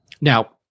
Now